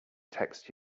text